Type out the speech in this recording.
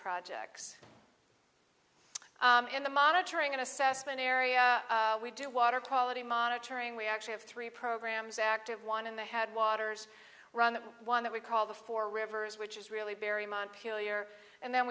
projects and the monitoring and assessment area we do water quality monitoring we actually have three programs active one in the headwaters run the one that we call the four rivers which is really very montpelier and then